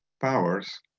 powers